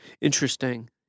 interesting